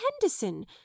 Henderson